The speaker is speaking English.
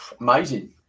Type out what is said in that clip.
Amazing